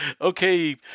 Okay